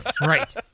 Right